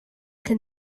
can